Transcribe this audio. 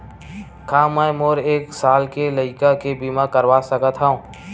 का मै मोर एक साल के लइका के बीमा करवा सकत हव?